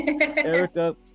Erica